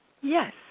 Yes